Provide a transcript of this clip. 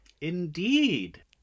Indeed